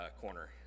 corner